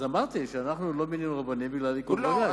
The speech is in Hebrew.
אמרתי שאנחנו לא מינינו רבנים בגלל עיכוב בג"ץ.